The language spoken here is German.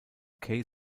case